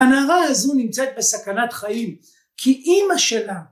‫הנערה הזו נמצאת בסכנת חיים ‫כי אימא שלה...